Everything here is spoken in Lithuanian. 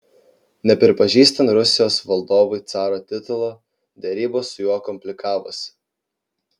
nepripažįstant rusijos valdovui caro titulo derybos su juo komplikavosi